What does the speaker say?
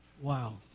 Wow